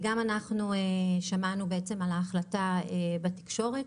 גם אנחנו שמענו את ההחלטה בתקשורת